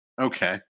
Okay